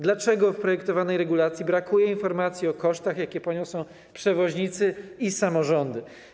Dlaczego w projektowanej regulacji brakuje informacji o kosztach, jakie poniosą przewoźnicy i samorządy?